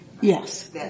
yes